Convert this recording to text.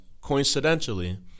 coincidentally